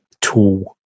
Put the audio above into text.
tool